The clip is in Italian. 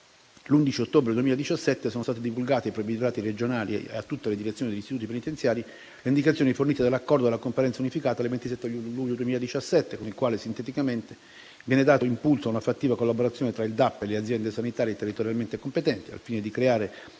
11 ottobre 2017, sono state divulgate ai provveditorati regionali e a tutte le direzioni degli istituti penitenziari le indicazioni fomite dall'Accordo della Conferenza unificata del 27 luglio 2017, con il quale, sinteticamente, viene dato impulso a una fattiva collaborazione tra il DAP e le aziende sanitarie territorialmente competenti, al fine di creare